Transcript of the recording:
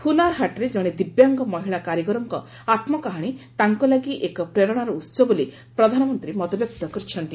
ହୁନରହାଟ୍ରେ କଣେ ଦିବ୍ୟାଙ୍ଗ ମହିଳା କାରିଗରଙ୍କର ଆତ୍କକାହାଣୀ ତାଙ୍କ ଲାଗି ଏକ ପ୍ରେରଶାର ଉହ ବୋଲି ପ୍ରଧାନମନ୍ତୀ ମତବ୍ୟକ୍ତ କରିଛନ୍ତି